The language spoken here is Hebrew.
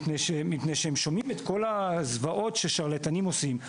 מפני שהם שומעים את כל הזוועות ששרלטנים עושים,